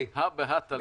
הא בהא תליא.